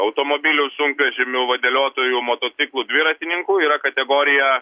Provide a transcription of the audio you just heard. automobilių sunkvežimių vadeliotojų motociklų dviratininkų yra kategorija